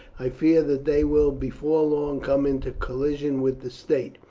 i fear that they will before long come into collision with the state,